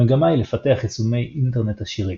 המגמה היא לפתח יישומי אינטרנט עשירים.